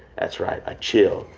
that's right. i chilled.